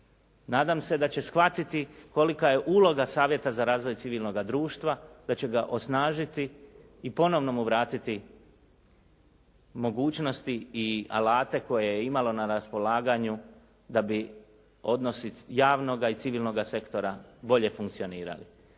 Nadam se da će shvatiti kolika je uloga Savjeta za razvoj civilnoga društva, da će ga osnažiti i ponovno mu vratiti mogućnosti i alate koje je imalo na raspolaganju da bi odnosi javnoga i civilnoga sektora bolje funkcionirali.